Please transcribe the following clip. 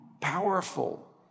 powerful